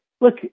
Look